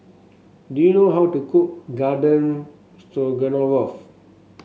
do you know how to cook Garden Stroganoff